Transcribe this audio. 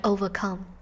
Overcome